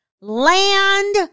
land